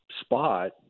spot